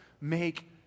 make